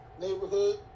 neighborhood